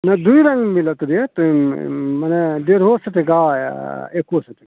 नहि दुइ रङ्ग मिलत रेट मने डेढ़ो सओ टका आओर एक्को सओ टका